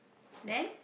then